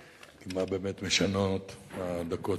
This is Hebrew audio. כי מה באמת משנות הדקות?